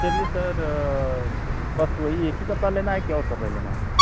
चलिए सर बस वही एक ही कपड़ा लेना है कि और कपड़े लेना है सर